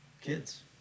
kids